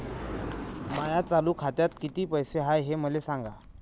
माया चालू खात्यात किती पैसे हाय ते मले सांगा